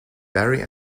barry